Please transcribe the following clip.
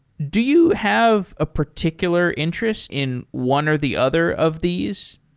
do you have a particular interest in one or the other of these?